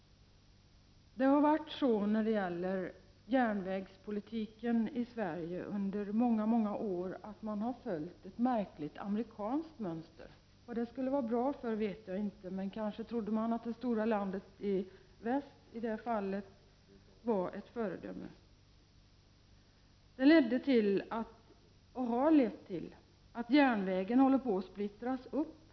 När det gäller järnvägspolitiken i Sverige har man under många år följt ett märkligt amerikanskt mönster. Jag vet inte vad det skulle tjäna till. Kanske trodde man att det stora landet i väst i det här fallet var ett föredöme. Men det har lett till att järnvägen nu håller på att splittras upp.